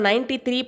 93